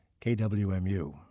KWMU